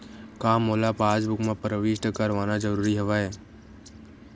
का मोला पासबुक म प्रविष्ट करवाना ज़रूरी हवय?